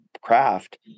craft